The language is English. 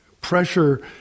pressure